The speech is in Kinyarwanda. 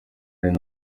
hari